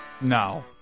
No